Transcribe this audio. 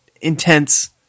intense